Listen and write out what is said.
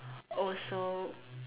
also